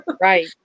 Right